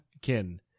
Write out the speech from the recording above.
Kin